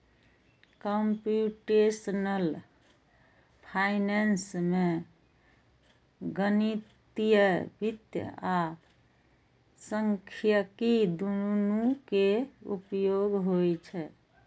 computational finance मे गणितीय वित्त आ सांख्यिकी, दुनू के उपयोग होइ छै